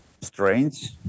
strange